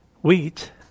wheat